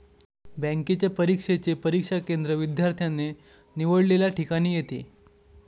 बँकेच्या परीक्षेचे परीक्षा केंद्र विद्यार्थ्याने निवडलेल्या ठिकाणी येते